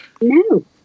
no